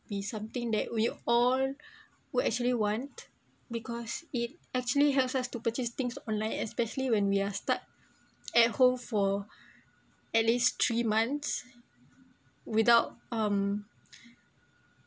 be something that we all will actually want because it actually helps us to purchase things online especially when we are stuck at home for at least three months without um